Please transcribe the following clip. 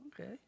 okay